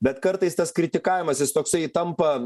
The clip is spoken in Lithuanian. bet kartais tas kritikavimas jis toksai tampa